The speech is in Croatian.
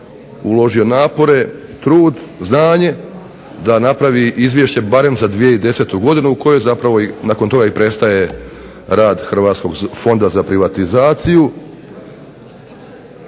uložio napore, trud, znanje da napravi izvješće barem za 2010. godinu o kojoj zapravo i nakon toga i prestaje rad Hrvatskog fonda za privatizaciju,